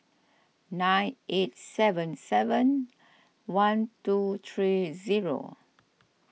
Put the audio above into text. nine eight seven seven one two three zero